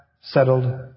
settled